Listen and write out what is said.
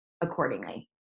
accordingly